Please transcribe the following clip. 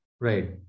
Right